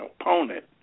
opponent